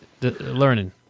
learning